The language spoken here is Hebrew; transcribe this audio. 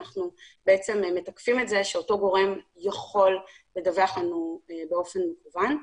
בעצם מתקפים את זה שאותו גורם יכול לדווח לנו באופן מקוון.